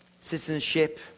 citizenship